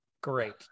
Great